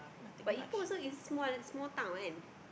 but Ipoh is also is small small town kan